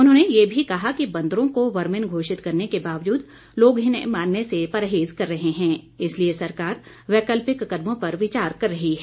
उन्होंने ये भी कहा कि बंदरों को वर्मिंग घोषित करने के बावजूद लोग इन्हें मारने से परहेज कर रहे हैं इसलिए सरकार वैकल्पिक कदमों पर विचार कर रही है